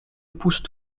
poussent